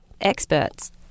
experts